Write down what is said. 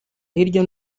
hirya